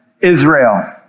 Israel